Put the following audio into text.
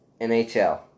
NHL